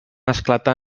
esclatar